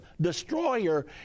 destroyer